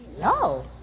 no